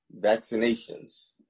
vaccinations